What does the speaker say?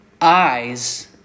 eyes